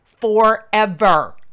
forever